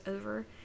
over